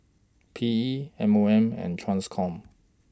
P E M O M and TRANSCOM